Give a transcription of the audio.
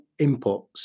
inputs